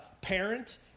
parent